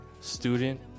student